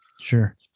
Sure